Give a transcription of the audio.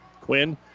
Quinn